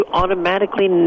automatically